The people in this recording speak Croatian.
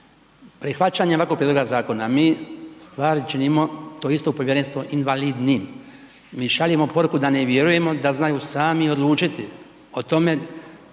Prihvaćanjem ovakvog prijedloga zakona, mi stvari činimo to isto povjerenstvo invalidnim, mi šaljemo poruku da ne vjerujemo da znaju sami odlučiti o tome